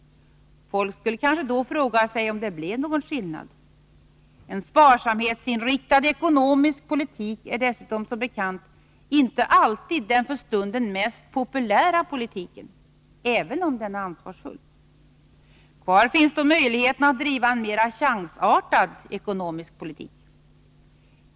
Folk skulle kanske fråga sig om det blev någon skillnad. En sparsamhetsinriktad ekonomisk politik är dessutom, som bekant, inte alltid den för stunden mest populära politiken, även om den är ansvarsfull. Kvar finns då möjligheten att driva en mera chansartad ekonomisk politik.